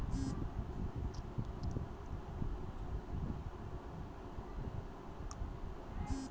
पूंजीगत तरीका से इक्विटीर काफी फायेदा होछे